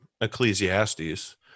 Ecclesiastes